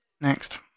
Next